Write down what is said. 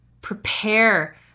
Prepare